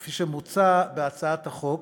כפי שמוצע בהצעת החוק,